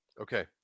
Okay